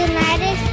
United